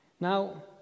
Now